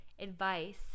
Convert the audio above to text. advice